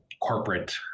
corporate